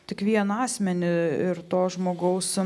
tik vieną asmenį ir to žmogaus